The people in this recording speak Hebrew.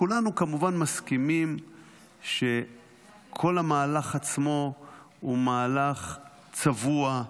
כולנו כמובן מסכימים שכל המהלך עצמו הוא מהלך צבוע,